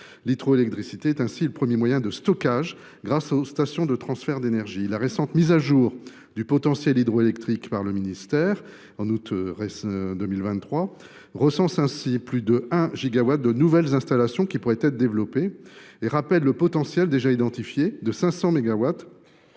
L’hydroélectricité est ainsi le premier moyen de stockage grâce aux stations de transfert d’énergie par pompage. La récente mise à jour du potentiel hydroélectrique par le ministère de la transition énergétique en août 2023 recense ainsi plus de 1 gigawatt de nouvelles installations qui pourraient être développées, et rappelle le potentiel déjà identifié de 500 mégawatts